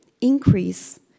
increase